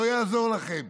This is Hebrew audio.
לא יעזור לכם,